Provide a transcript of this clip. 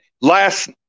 last